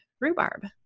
rhubarb